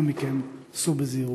אנא מכם, סעו בזהירות.